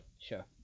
sure